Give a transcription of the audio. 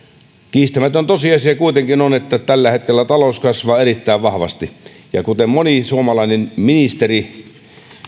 kiistämätön tosiasia kuitenkin on että tällä hetkellä talous kasvaa erittäin vahvasti kuten moni suomalainen ministeri